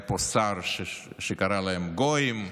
היה פה שר שקרא להם גויים,